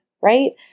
right